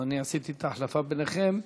עשיתי את ההחלפה ביניכם,